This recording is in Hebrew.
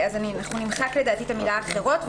אנחנו נמחק לדעתי את המילה "אחרות".